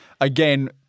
Again